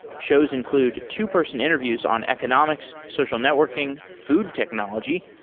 shows include two-person interviews on economics, social networking, food technology,